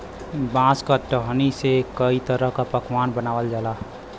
बांस क टहनी से कई तरह क पकवान बनावल जाला